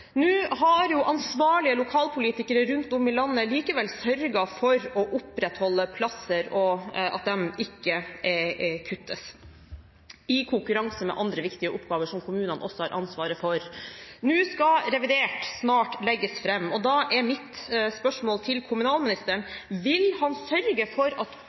Nå har ansvarlige lokalpolitikere rundt om i landet likevel sørget for å opprettholde plasser og at de ikke kuttes, i konkurranse med andre viktige oppgaver som kommunene også har ansvaret for. Nå skal revidert snart legges fram, og da er mitt spørsmål til kommunalministeren: Vil statsråden sørge for at